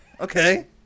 Okay